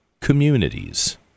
communities